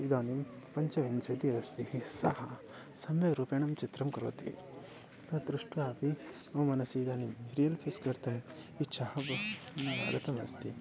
इदानीं पञ्चविंशतिः अस्ति सः सम्यग् रूपेणम् चित्रं करोति तद् दृष्ट्वापि मम मनसि इदानीं कर्तुम् इच्छा भव आगतमस्ति